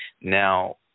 Now